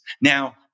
Now